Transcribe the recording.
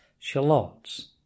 shallots